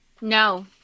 No